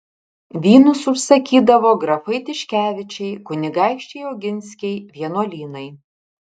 vynus užsakydavo grafai tiškevičiai kunigaikščiai oginskiai vienuolynai